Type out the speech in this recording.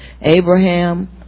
Abraham